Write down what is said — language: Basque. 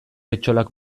etxolak